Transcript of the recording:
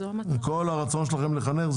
עם כל הרצון שלכם לחנך,